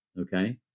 Okay